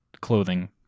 clothing